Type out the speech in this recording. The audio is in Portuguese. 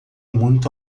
muito